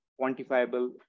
quantifiable